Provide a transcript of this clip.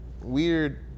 Weird